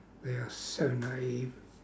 they are so naive